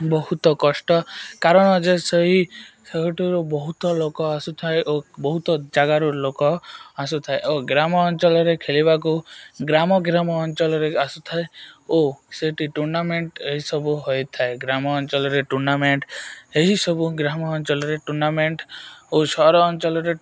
ବହୁତ କଷ୍ଟ କାରଣ ଯେ ସେହି ସେହିଠୁରୁ ବହୁତ ଲୋକ ଆସୁଥାଏ ଓ ବହୁତ ଜାଗାରୁ ଲୋକ ଆସୁଥାଏ ଓ ଗ୍ରାମ ଅଞ୍ଚଳରେ ଖେଳିବାକୁ ଗ୍ରାମ ଗ୍ରାମ ଅଞ୍ଚଳରେ ଆସୁଥାଏ ଓ ସେଠି ଟୁର୍ଣ୍ଣାମେଣ୍ଟ ଏହିସବୁ ହୋଇଥାଏ ଗ୍ରାମ ଅଞ୍ଚଲରେ ଟୁର୍ଣ୍ଣାମେଣ୍ଟ ଏହିସବୁ ଗ୍ରାମ ଅଞ୍ଚଳରେ ଟୁର୍ଣ୍ଣାମେଣ୍ଟ ଓ ସହର ଅଞ୍ଚଲରେ